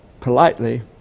politely